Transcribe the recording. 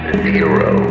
zero